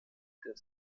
der